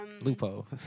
Lupo